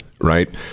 right